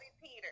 Peter